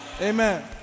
Amen